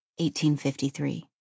1853